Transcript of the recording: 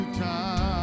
time